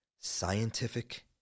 scientific